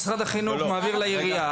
משרד החינוך מעביר לעירייה,